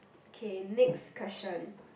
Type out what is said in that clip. K next question